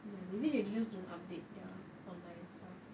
ya maybe they just don't update their online stuff